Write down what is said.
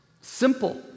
simple